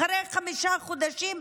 אחרי חמישה חודשים,